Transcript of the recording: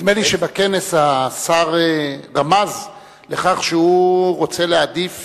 נדמה לי שבכנס השר רמז לכך שהוא רוצה להעדיף